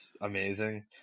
amazing